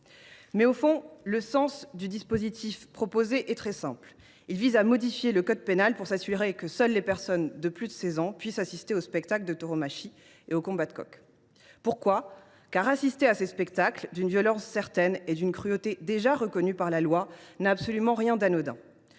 Mais, au fond, le sens du dispositif proposé est très simple : modifier le code pénal afin que seules les personnes de plus de 16 ans puissent assister aux spectacles de tauromachie et aux combats de coqs. Pourquoi ? Car assister à ces spectacles, d’une violence certaine et d’une cruauté déjà reconnue par la loi, n’a absolument rien d’anodin.